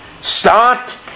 Start